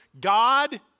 God